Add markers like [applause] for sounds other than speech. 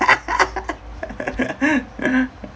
[laughs]